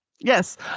Yes